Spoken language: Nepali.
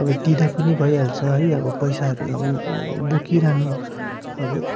अब दिँदा पनि भइहाल्छ है अब पैसाहरू अब बोकिरहनु अब